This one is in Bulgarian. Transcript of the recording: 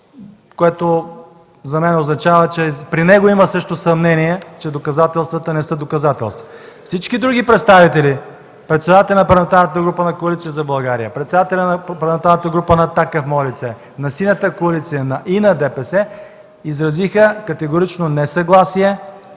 което за мен означава, че при него също има съмнения, че доказателствата не са доказателства. Всички други представители – председателят на Парламентарната група на Коалиция за България, председателят на Парламентарната група на „Атака” в мое лице, на Синята коалиция и на ДПС, изразиха категорично несъгласие